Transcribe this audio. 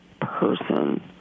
person